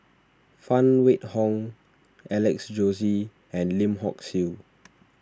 Phan Wait Hong Alex Josey and Lim Hock Siew